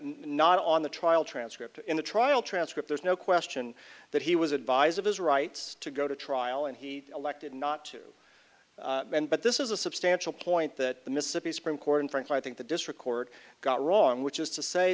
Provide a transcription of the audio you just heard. not on the trial transcript in the trial transcript there's no question that he was advised of his rights to go to trial and he elected not to but this is a substantial point that the mississippi supreme court and frankly i think the district court got wrong which is to say